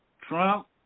trump